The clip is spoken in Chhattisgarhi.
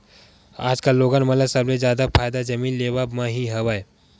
आजकल लोगन मन ल सबले जादा फायदा जमीन लेवब म ही हवय